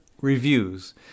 reviews